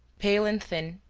pale and thin,